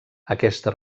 aquesta